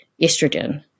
estrogen